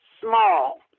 small